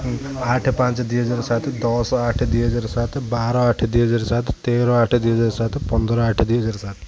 ଆଠ ପାଞ୍ଚ ଦୁଇ ହଜାର ସାତ ଦଶ ଆଠ ଦୁଇହଜାର ସାତ ବାର ଆଠ ଦୁଇହଜାର ସାତ ତେର ଆଠ ଦୁଇହଜାର ସାତ ପନ୍ଦର ଆଠ ଦୁଇହଜାର ସାତ